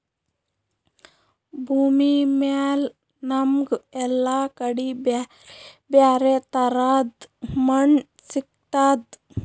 ಭೂಮಿಮ್ಯಾಲ್ ನಮ್ಗ್ ಎಲ್ಲಾ ಕಡಿ ಬ್ಯಾರೆ ಬ್ಯಾರೆ ತರದ್ ಮಣ್ಣ್ ಸಿಗ್ತದ್